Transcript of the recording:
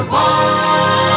one